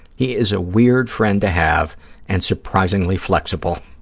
he is a weird friend to have and surprisingly flexible.